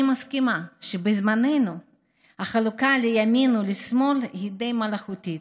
אני מסכימה שבזמננו החלוקה לימין ולשמאל היא מלאכותית,